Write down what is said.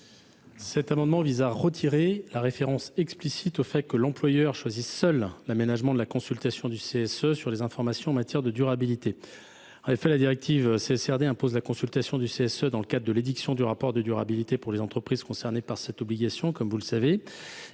Cet amendement vise à supprimer la référence explicite au fait que l’employeur décide seul de l’aménagement de la consultation du CSE sur les informations en matière de durabilité. Comme vous le savez, la directive CSRD impose la consultation du CSE dans le cadre de l’édiction du rapport de durabilité pour les entreprises soumises à cette obligation. L’article L.